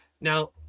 Now